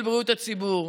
של בריאות הציבור.